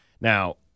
Now